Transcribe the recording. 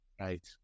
Right